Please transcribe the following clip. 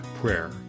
Prayer